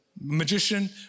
magician